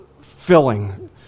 filling